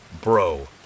Bro